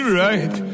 right